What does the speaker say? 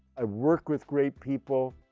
i've worked with great people.